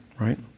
right